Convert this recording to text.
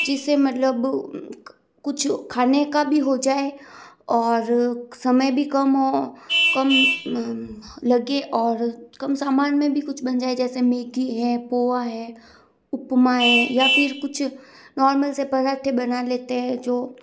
जिस से मतलब कुछ खाने का भी हो जाए और समय भी कम हो कम लगे और कम सामान में भी कुछ बन जाए जैसे मेघी है पोहा है उपमा है या फिर कुछ नोर्मल से पराठे बना लेते हैं जो